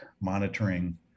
monitoring